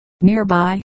nearby